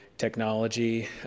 technology